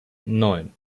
neun